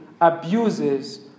abuses